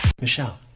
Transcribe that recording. Michelle